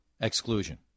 exclusion